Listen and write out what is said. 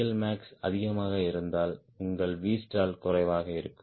எல்மேக்ஸ் அதிகமாக இருந்தால் உங்கள் விஸ்டால் குறைவாக இருக்கும்